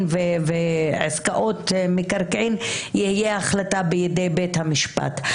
ועסקאות מקרקעין יהיה בידי בית המשפט.